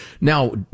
Now